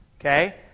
Okay